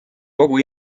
kogu